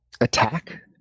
attack